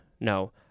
no